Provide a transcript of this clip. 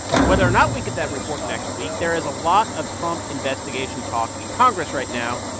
and whether or not we get that report next week there is a lot of trump investigation talk in congress right now.